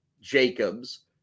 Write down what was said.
Jacobs